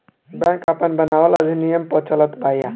bank आपन बनावल अधिनियम पअ चलत बिया